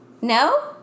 No